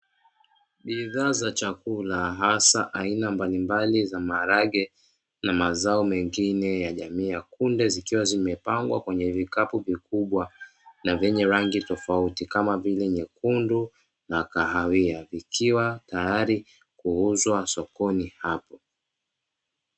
Bidhaa za chakula hasa aina mbalimbali za maharage na mazao mengine jamii ya kunde, zikwa zimepangwa kwenye vikapu vikubwa na vyenye rangi tofauti kama vile nyekundu na kahawia vikiwa tayari kuuzwa sokoni hapo.